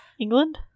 England